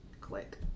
Click